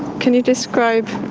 can you describe,